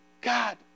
God